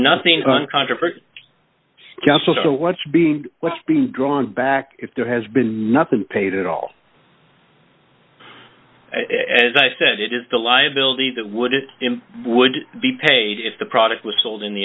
nothing on controversy or what's being what's being drawn back if there has been nothing paid at all as i said it is the liability that would it would be paid if the product was sold in the